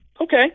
Okay